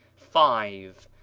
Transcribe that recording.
five.